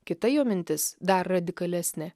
kita jo mintis dar radikalesnė